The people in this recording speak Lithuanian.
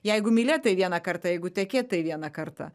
jeigu mylėt tai vieną kartą jeigu tekėt tai vieną kartą